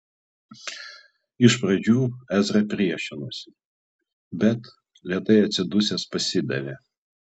iš pradžių ezra priešinosi bet lėtai atsidusęs pasidavė